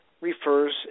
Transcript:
refers